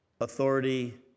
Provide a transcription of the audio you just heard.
authority